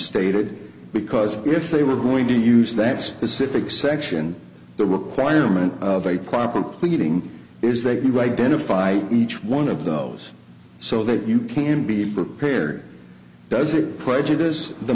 stated because if they were going to use that specific section the requirement of a proper pleading is they can write down a fight each one of those so that you can be prepared does it prejudice the